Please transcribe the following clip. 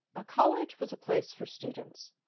a college was a place for students.